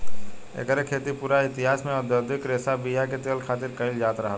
एकर खेती पूरा इतिहास में औधोगिक रेशा बीया के तेल खातिर कईल जात रहल बा